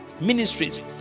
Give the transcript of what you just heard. ministries